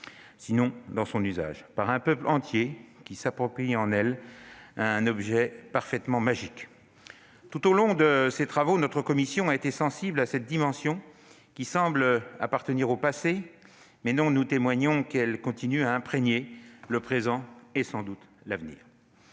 sinon dans son usage, par un peuple entier qui s'approprie en elle un objet parfaitement magique. » Tout au long de ses travaux, la commission a été sensible à cette dimension qui semble appartenir au passé, mais dont nous témoignons qu'elle continue d'imprégner le présent et sans doute l'avenir.